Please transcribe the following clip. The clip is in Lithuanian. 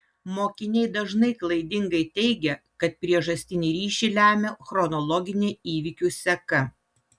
mokiniai dažnai klaidingai teigia kad priežastinį ryšį lemia chronologinė įvykių seka